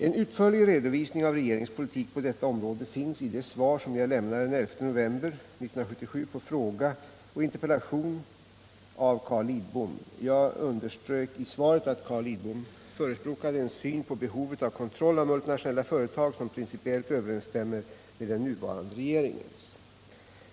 En utförlig redovisning av regeringens politik på detta område finns i de svar som jag lämnade den 11 november 1977 på fråga och interpellation av Carl Lidbom. Jag underströk i svaret att Carl Lidbom förespråkade en syn på behovet av kontroll av multinationella företag som principiellt överensstämmer med den nuvarande regeringens.